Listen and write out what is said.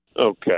Okay